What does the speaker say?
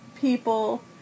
People